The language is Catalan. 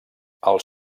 els